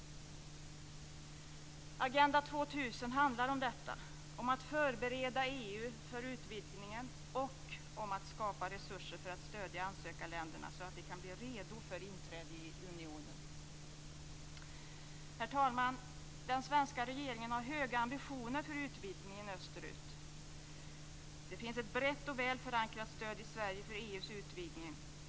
Agenda 2000 handlar om detta, om att förbereda EU för utvidgningen och om att skapa resurser för att stödja ansökarländerna så att de kan bli redo för ett inträde i unionen. Herr talman! Den svenska regeringen har höga ambitioner för utvidgningen österut. Det finns ett brett och väl förankrat stöd i Sverige för EU:s utvidgning.